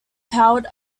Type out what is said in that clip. powered